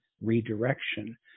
redirection